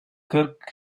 kırk